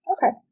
Okay